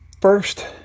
first